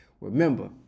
Remember